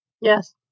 Yes